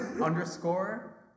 underscore